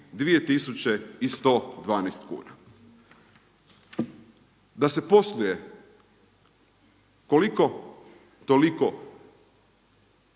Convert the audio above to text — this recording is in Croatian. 42112 kuna. Da se posluje koliko toliko